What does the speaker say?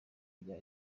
bya